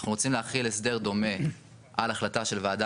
אנחנו רוצים להחיל הסדר דומה על החלטה של ועדה